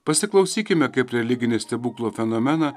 pasiklausykime kaip religinį stebuklo fenomeną